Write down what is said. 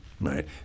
right